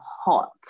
hot